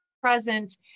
present